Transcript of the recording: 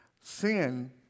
Sin